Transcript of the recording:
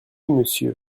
monsieur